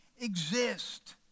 exist